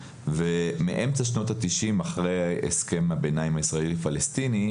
באמצע שנות התשעים אחרי הסכם הביניים הישראלי-פלסטיני,